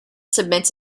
submits